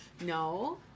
No